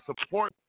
Support